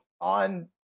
on